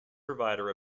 provider